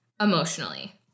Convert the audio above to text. emotionally